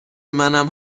منم